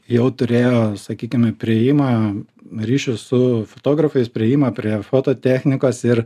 jau turėjo sakykime priėjimą ryšius su fotografais priėjimą prie foto technikos ir